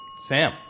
Sam